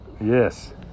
Yes